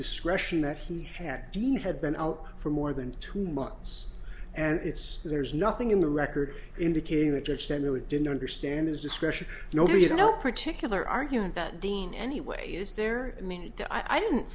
discretion that he had seen had been out for more than two months and it's there's nothing in the record indicating the judge then really didn't understand his discretion no reason no particular argument that dean anyway is there i mean i didn't